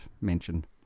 mentioned